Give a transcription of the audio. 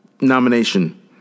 nomination